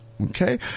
Okay